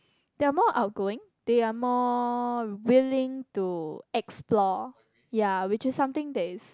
they are more outgoing they are more willing to explore ya which is something that is